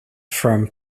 from